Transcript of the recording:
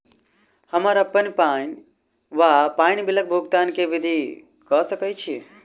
हम्मर अप्पन पानि वा पानि बिलक भुगतान केँ विधि कऽ सकय छी?